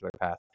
path